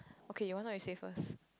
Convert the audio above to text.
okay why not you say first